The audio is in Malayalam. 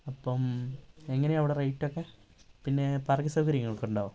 അപ്പം എങ്ങനെയാണ് അവിടെ റെയ്റ്റൊക്കെ പിന്നെ പാർക്കിങ്ങ് സൗകര്യങ്ങളൊക്കെ ഉണ്ടോ